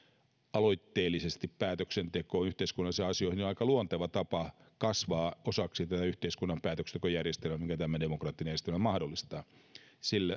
aloitteellisesti päätöksentekoon yhteiskunnallisiin asioihin on aika luonteva tapa kasvaa osaksi tätä yhteiskunnan päätöksentekojärjestelmää minkä tämä demokraattinen järjestelmä mahdollistaa